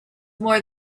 more